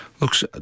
looks